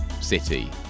city